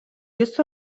jis